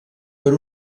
per